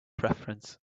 preference